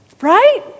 Right